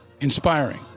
inspiring